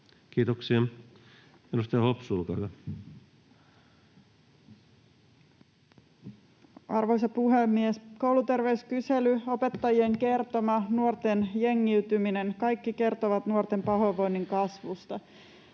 Content: Arvoisa puhemies! Kouluterveyskysely, opettajien kertoma, nuorten jengiytyminen — kaikki kertovat nuorten pahoinvoinnin kasvusta.